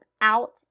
out